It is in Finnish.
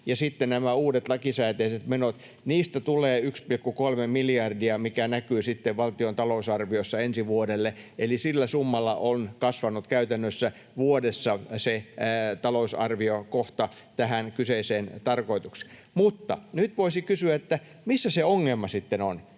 uudet lakisääteiset menot — tulee 1,3 miljardia, mikä näkyy valtion talousarviossa ensi vuodelle. Eli sillä summalla on kasvanut käytännössä vuodessa se talousarviokohta tähän kyseiseen tarkoitukseen. Mutta nyt voisi kysyä, että missä se ongelma sitten on,